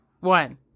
one